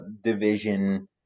Division